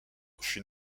fut